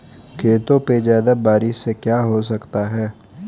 खेतों पे ज्यादा बारिश से क्या हो सकता है?